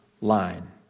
line